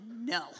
no